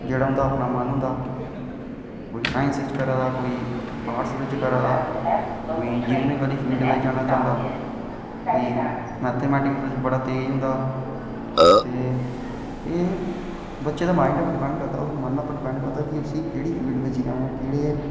जेह्ड़ा उं'दा अपना मन होंदा कोई साईंस बिच करा दा कोई आर्टस बिच करा दा कोई इंजीनियरिंग आह्ली फील्ड च जाना चाहंदा कोई मैथामेटिक्स च तेज़ होंदा ते एह् बच्चें दे माइंड पर डिपैंड करदा मन पर डिपैंड करदा की उसी केह्ड़ी फील्ड च जाना ते